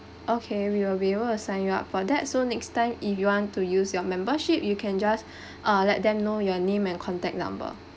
okay we will be able to sign you up for that so next time if you want to use your membership you can just uh let them know your name and contact number